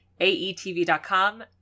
AETV.com